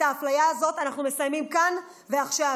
את האפליה הזאת אנחנו מסיימים כאן ועכשיו.